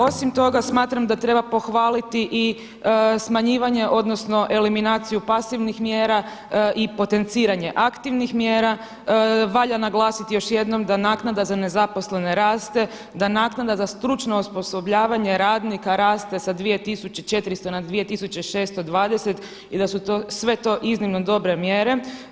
Osim toga smatram da treba pohvaliti i smanjivanje odnosno eliminaciju pasivnih mjera i potenciranje aktivnih mjera, valja naglasiti još jednom da naknada za nezaposlene raste, za naknada za stručno osposobljavanje radnika raste sa 2.400 na 2.620 i da su to sve to iznimno dobre mjere.